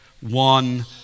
one